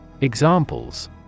Examples